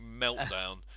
meltdown